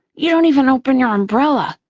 you don't even open your umbrella.